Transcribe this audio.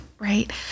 Right